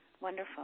Wonderful